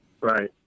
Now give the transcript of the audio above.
Right